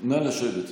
המנוח.) נא לשבת.